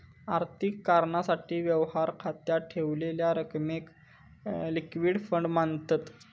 आर्थिक कारणासाठी, व्यवहार खात्यात ठेवलेल्या रकमेक लिक्विड फंड मांनतत